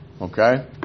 Okay